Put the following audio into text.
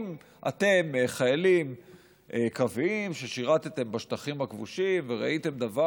אם אתם חיילים קרביים ושירתם בשטחים הכבושים וראיתם דבר